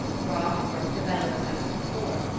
brock worked the bellows as before,